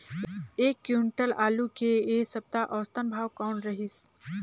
एक क्विंटल आलू के ऐ सप्ता औसतन भाव कौन रहिस?